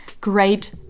great